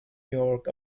york